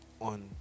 on